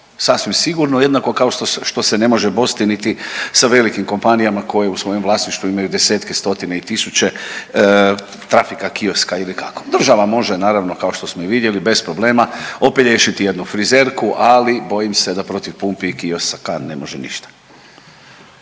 sasvim sigurno. Jednako kao što se ne može bosti niti sa velikim kompanijama koje u svojem vlasništvu imaju desetke, stotine i tisuće trafika kioska ili kako. Država može naravno kao što smo i vidjeli bez problema opelješiti jednu frizerku, ali bojim se da protiv pumpi i kioska ne može ništa.